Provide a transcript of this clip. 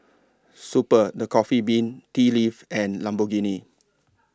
Super The Coffee Bean Tea Leaf and Lamborghini